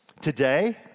Today